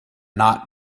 not